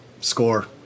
Score